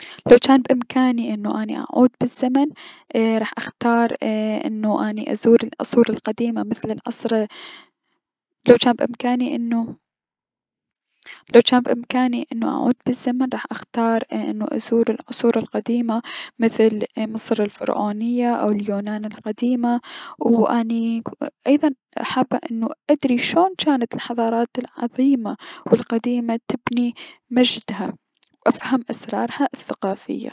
لو جان بأمكاني اني اعود بلزمن، راح اختار انو اني ازور العصور القديمة مثل مصر الفرعونية او اليونان القديمة و اني ايضا حابة ادري شون جانت الحضارات العظيمة و القديمة تبني مجدها و افهم اسرارها الثقافية.